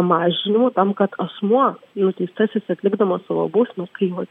mažinimu tam kad asmuo nuteistasis atlikdamas savo bausmę kai vat